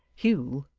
hugh,